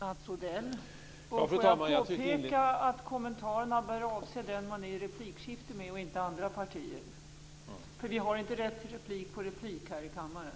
Låt mig påpeka att kommentarerna bör avse den man är i replikskifte med och inte andra partier. Vi har inte rätt till replik på replik här i kammaren.